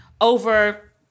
Over